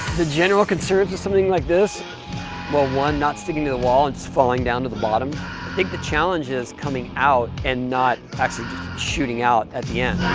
the general concerns of something like this well one not sticking to the wall. it's falling down to the bottom i think the challenges coming out and not actually shooting out at the end